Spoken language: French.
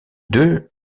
deux